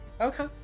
Okay